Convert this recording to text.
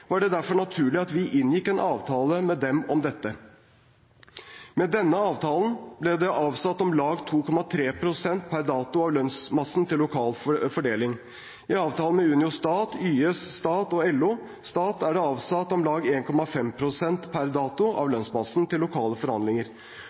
var det derfor naturlig at vi inngikk en avtale med dem om dette. Med denne avtalen ble det avsatt om lag 2,3 pst. per dato av lønnsmassen til lokal fordeling. I avtalen med Unio Stat, YS Stat og LO Stat er det avsatt om lag 1,5 pst. per dato av